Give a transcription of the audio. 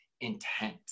intent